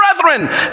brethren